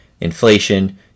inflation